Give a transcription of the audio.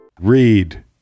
read